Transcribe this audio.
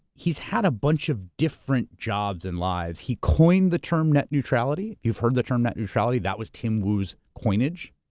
he's had a bunch of different jobs and lives. he coined the term net neutrality, you've heard the term net neutrality, that was tim wu's coinage.